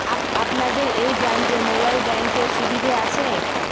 আপনাদের এই ব্রাঞ্চে মোবাইল ব্যাংকের সুবিধে আছে?